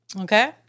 Okay